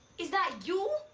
is that you?